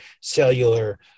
cellular